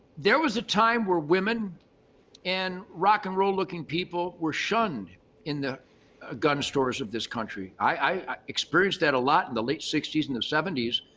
there was a time where women and rock and roll looking people were shunned in the ah gun stores of this country. i experienced that a lot in the late sixties and the seventies,